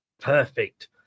Perfect